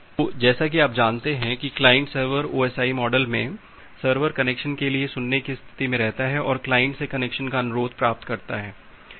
तो जैसा कि आप जानते हैं कि क्लाइंट सर्वर OSI मॉडल में सर्वर कनेक्शन के लिए सुनने की स्थिति में रहता है और क्लाइंट से कनेक्शन का अनुरोध प्राप्त करता है